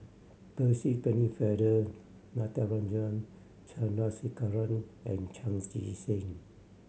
Percy Pennefather Natarajan Chandrasekaran and Chan Chee Seng